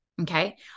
okay